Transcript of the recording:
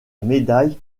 médaille